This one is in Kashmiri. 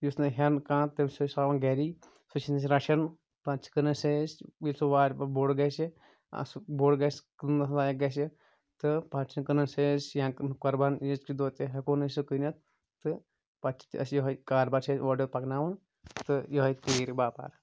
یُس نہٕ ہٮ۪ن کانٛہہ تٔمِس چھِ أسۍ تھَوان گَری سُہ چھِنۍ أسۍ رَچھَان پَتہٕ چھِ کٕنَان سُہ أسۍ ییٚلہِ سُہ واریاہ بوٚڈ گَژھِ اَصٕل بوٚڈ گَژھِ کٕننَس لایَق گژھِ تہٕ پَتہٕ چھِن کٕنَان سُہ أسۍ یا قۄربان عیٖذ کہ دۄہ تہِ ہٮ۪کون أسۍ سُہ کٕنِتھ تہٕ پَتہٕ چھِ اَسہِ یِہٕے کاربار چھِ اَسہِ اور یور پَکناوَان تہٕ یِہٕے تیٖرِ باپار